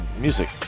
music